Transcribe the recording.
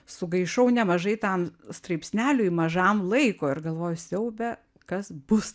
sugaišau nemažai tam straipsneliui mažam laiko ir galvoju siaube kas bus